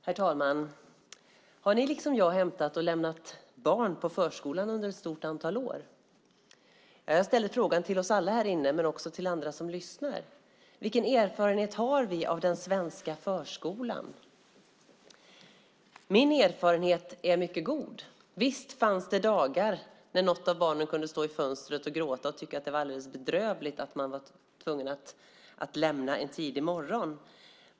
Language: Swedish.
Herr talman! Har ni liksom jag hämtat och lämnat barn på förskolan under ett stort antal år? Jag ställer frågan till oss alla här inne men också till andra som lyssnar. Vilken erfarenhet har vi av den svenska förskolan? Min erfarenhet är god. Visst fanns det dagar när något av barnen kunde stå i fönstret och gråta och tycka att det var alldeles bedrövligt att man var tvungen att lämna en tidig morgon.